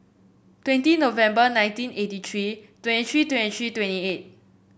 twenty November nineteen eighty tree twenty tree twenty tree twenty eight